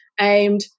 aimed